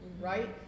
right